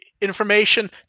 information